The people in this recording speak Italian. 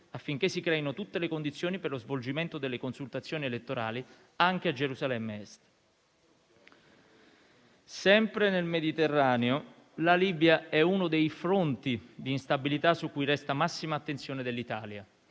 affinché si creino tutte le condizioni per lo svolgimento delle consultazioni elettorali anche a Gerusalemme Est. Sempre nel Mediterraneo, la Libia è uno dei fronti di instabilità su cui resta la massima attenzione dell'Italia.